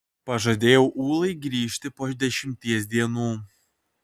pažadėjau ulai grįžti po dešimties dienų